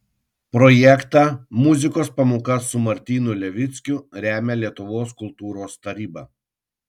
projektą muzikos pamoka su martynu levickiu remia lietuvos kultūros taryba